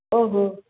ଓହୋ